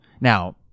Now